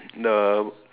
the